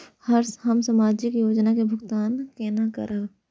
हम सामाजिक योजना के भुगतान केना करब?